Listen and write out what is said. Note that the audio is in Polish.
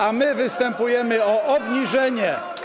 a my występujemy o obniżenie.